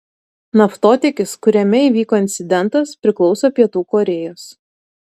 naftotiekis kuriame įvyko incidentas priklauso pietų korėjos